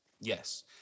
Yes